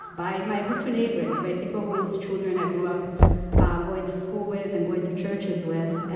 by my hutu neighbors. by people who's children i grew up going to school with and going to churches with.